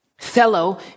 Fellow